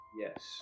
Yes